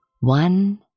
one